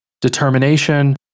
Determination